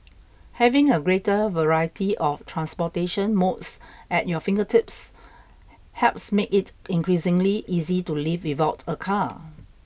having a greater variety of transportation modes at your fingertips helps make it increasingly easy to live without a car